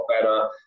better